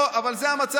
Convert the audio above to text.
לא, אבל זה המצב.